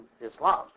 Islam